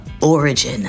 Origin